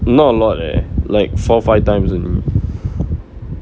not a lot leh like four five times only